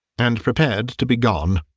and prepared to be gone.